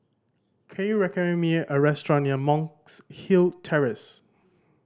can you recommend me a restaurant near Monk's Hill Terrace